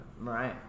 Right